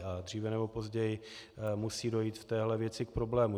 A dříve nebo později musí dojít v téhle věci k problému.